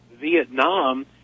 Vietnam